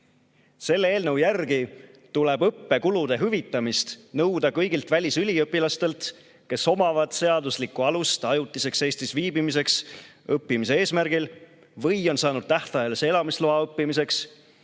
Selle eelnõu järgi tuleb õppekulude hüvitamist nõuda kõigilt välisüliõpilastelt, kes omavad seaduslikku alust ajutiseks Eestis viibimiseks õppimise eesmärgil või kes on saanud tähtajalise elamisloa õppimiseks,